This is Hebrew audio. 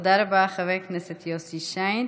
תודה רבה, חבר הכנסת יוסי שיין.